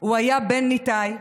הוא היה בן ניתאי,